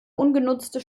ungenutzte